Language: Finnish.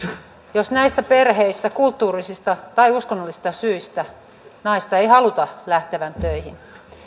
jos näissä perheissä kulttuurisista tai uskonnollisista syistä naisen ei haluta lähtevän töihin